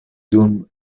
dum